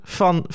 van